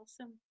awesome